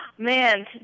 Man